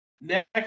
Next